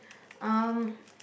um